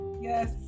Yes